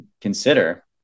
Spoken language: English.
consider